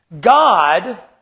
God